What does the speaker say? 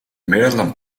million